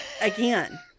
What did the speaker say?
again